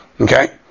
Okay